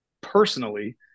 personally